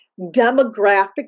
demographic